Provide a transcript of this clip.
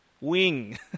wing